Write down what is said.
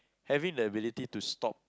having the ability to stop